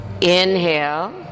Inhale